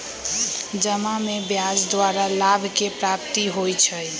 जमा में ब्याज द्वारा लाभ के प्राप्ति होइ छइ